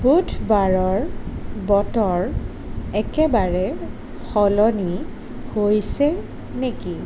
বুধবাৰৰ বতৰ একেবাৰে সলনি হৈছে নেকি